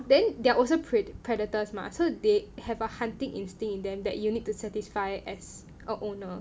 then they are also pred~ predators mah so they have a hunting instinct in them that you need to satisfy as a owner